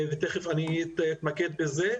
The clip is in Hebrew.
ותכף אתמקד בזה,